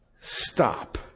stop